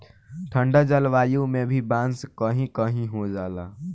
ठंडा जलवायु में भी बांस कही कही हो जाला